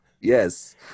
Yes